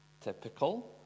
typical